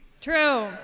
True